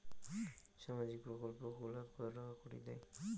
সামাজিক প্রকল্প গুলাট কত টাকা করি দেয়?